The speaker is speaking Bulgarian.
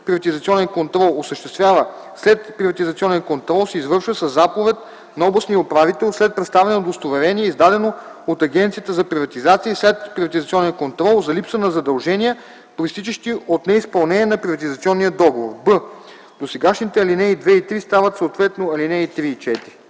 следприватизационен контрол осъществява следприватизационен контрол, се извършва със заповед на областния управител след представяне на удостоверение, издадено от Агенцията за приватизация и следприватизационен контрол за липса на задължения, произтичащи от неизпълнение на приватизационния договор.”; б) досегашните ал. 2 и 3 стават съответно ал. 3 и 4.”